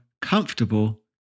comfortable